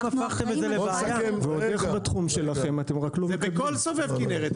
הבנתי שזה בכל סובב כנרת.